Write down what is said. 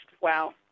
wow